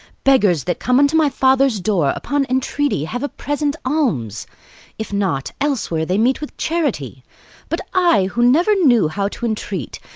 beggars that come unto my father's door upon entreaty have a present alms if not, elsewhere they meet with charity but i, who never knew how to entreat,